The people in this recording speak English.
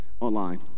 online